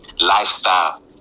lifestyle